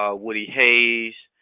um woody hayes.